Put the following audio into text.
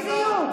בדיוק,